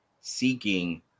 seeking